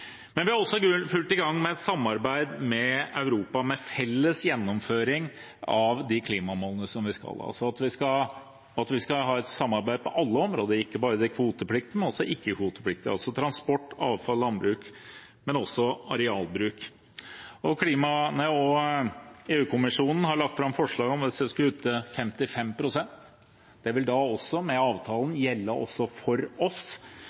Vi er også i full gang med et samarbeid i Europa om felles gjennomføring av de klimamålene vi skal ha, altså at vi skal ha et samarbeid på alle områder, ikke bare de kvotepliktige, men også de ikke-kvotepliktige, som transport, avfall, landbruk og også arealbruk. EU-kommisjonen har lagt fram forslag om at vi skal kutte 55 pst. Det vil da med avtalen gjelde også for oss,